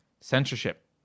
censorship